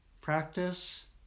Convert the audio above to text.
practice